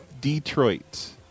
detroit